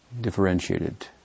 differentiated